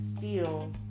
feel